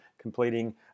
completing